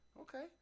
okay